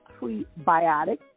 prebiotic